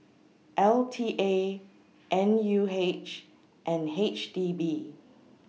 L T A N U H and H D B